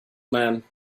man